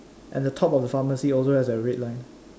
and the top of the pharmacy also has a red line